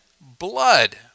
blood